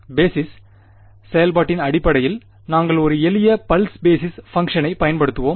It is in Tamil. பேஸிஸ் செயல்பாட்டின் அடிப்படையில் நாங்கள் ஒரு எளிய பல்ஸ் பேஸிஸ் பங்க்ஷனை பயன்படுத்துவோம்